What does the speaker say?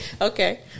Okay